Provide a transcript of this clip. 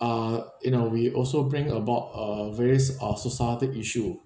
uh in a way also bring about uh various uh societal issue